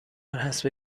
حسب